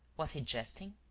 was he jesting?